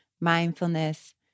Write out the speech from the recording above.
mindfulness